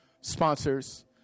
Sponsors